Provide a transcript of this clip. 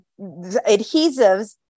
adhesives